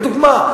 לדוגמה,